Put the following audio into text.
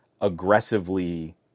aggressively